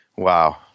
Wow